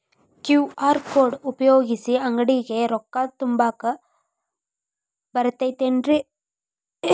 QR code ಉಪಯೋಗಿಸಿ, ಅಂಗಡಿಗೆ ರೊಕ್ಕಾ ತುಂಬಾಕ್ ಬರತೈತೇನ್ರೇ?